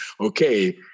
Okay